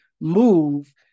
move